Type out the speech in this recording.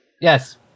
Yes